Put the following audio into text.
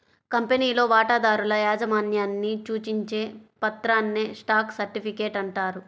కంపెనీలో వాటాదారుల యాజమాన్యాన్ని సూచించే పత్రాన్నే స్టాక్ సర్టిఫికేట్ అంటారు